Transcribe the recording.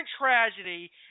tragedy